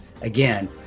again